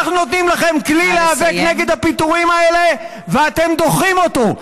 אנחנו נותנים לכם כלי להיאבק נגד הפיטורים האלה ואתם דוחים אותו.